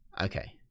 okay